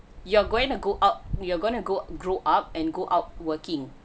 you are going to go out you're gonna go grow up and go out working